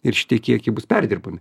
ir šitie kiekiai bus perdirbami